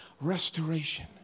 restoration